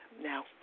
now